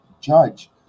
Judge